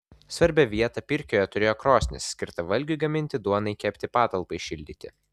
svarbią vietą pirkioje turėjo krosnis skirta valgiui gaminti duonai kepti patalpai šildyti